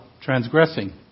transgressing